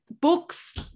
books